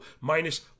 minus